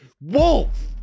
wolf